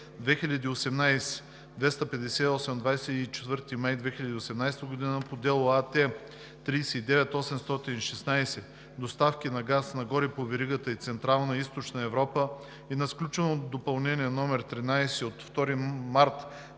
(2018) 258 от 24 май 2018 г. по дело АТ.39816 – Доставки на газ нагоре по веригата в Централна и Източна Европа, и на сключено Допълнение № 13 от 2 март